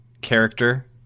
character